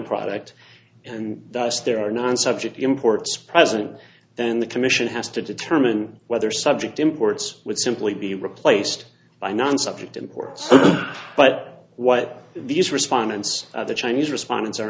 product and thus there are non subject imports present then the commission has to determine whether subject imports would simply be replaced by non subject imports but what these respondents the chinese respondents are